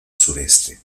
sureste